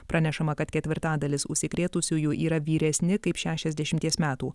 pranešama kad ketvirtadalis užsikrėtusiųjų yra vyresni kaip šešiasdešimties metų